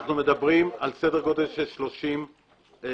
אנחנו מדברים על סדר גודל של 30 תאגידים.